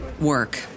work